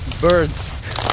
birds